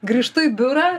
grįžtu į biurą